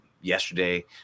yesterday